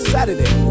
Saturday